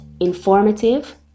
informative